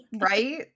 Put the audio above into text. right